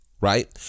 right